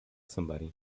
somebody